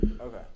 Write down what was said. Okay